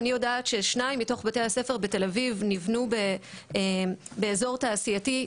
אני יודעת ששניים מתוך בתי הספר בתל אביב ניבנו באזור תעשייתי,